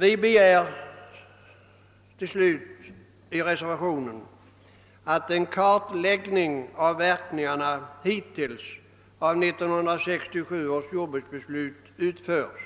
Vi begär slutligen i reservationen, att en kartläggning av verkningarna hittills av 1967 års jordbruksbeslut skall utföras